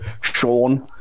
Sean